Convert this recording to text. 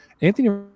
Anthony